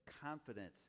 confidence